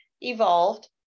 evolved